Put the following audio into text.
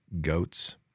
goats